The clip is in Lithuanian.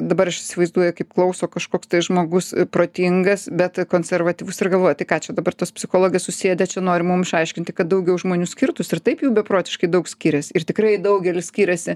dabar aš įsivaizduoju kaip klauso kažkoks tai žmogus protingas bet konservatyvus ir galvoja ką čia dabar tos psichologės susėdę čia nori mum aiškinti kad daugiau žmonių skirtus ir taip jų beprotiškai daug skiriasi ir tikrai daugelis skiriasi